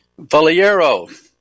Valiero